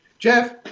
Jeff